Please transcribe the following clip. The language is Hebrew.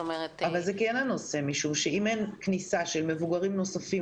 זה כן הנושא משום שאם אין כניסה של מבוגרים נוספים